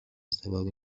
سواری